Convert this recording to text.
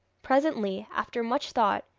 presently, after much thought,